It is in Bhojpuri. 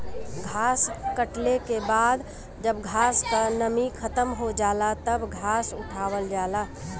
घास कटले के बाद जब घास क नमी खतम हो जाला तब घास उठावल जाला